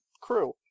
crew